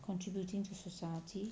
contributing to society